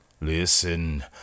Listen